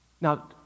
Now